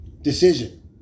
decision